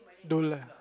don't lah